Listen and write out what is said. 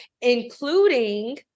including